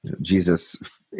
Jesus